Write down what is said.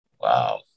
Wow